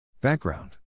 Background